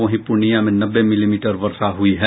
वहीं पूर्णिया में नब्बे मिलीमीटर वर्षा हुई है